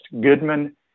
Goodman